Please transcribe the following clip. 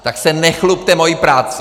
Tak se nechlubte mojí prací!